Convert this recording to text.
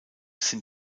sind